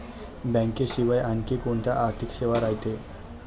बँकेशिवाय आनखी कोंत्या आर्थिक सेवा रायते?